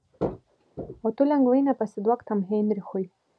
o tu lengvai nepasiduok tam heinrichui